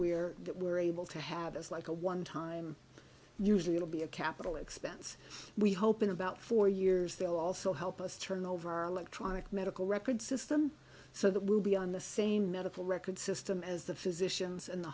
we're that we're able to have as like a one time usually it'll be a capital expense we hope in about four years they'll also help us turn over our electronic medical records system so that we'll be on the same medical record system as the physicians and the